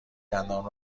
دندانم